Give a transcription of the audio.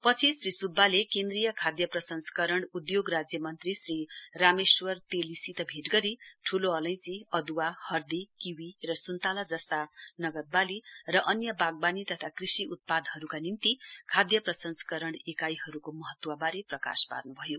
पछि श्री सुब्बाले केन्द्रीय खाध प्रसंस्करण उधोग राज्य मन्त्री श्री रामेश्वर तेलीसित भेट गरी ठूलो अलैंचीअदुवाहर्दीकिवि सुन्तला नगद बाली र अन्य बाग्वानी तथा कृषि उत्पादहरुका निम्ति खाध प्रसंस्करण इकाइहरुको महत्वबारे प्रकाश पार्नुभयो